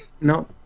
No